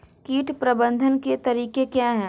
कीट प्रबंधन के तरीके क्या हैं?